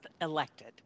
elected